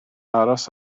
aros